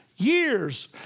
Years